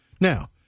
Now